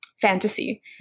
fantasy